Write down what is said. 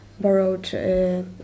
borrowed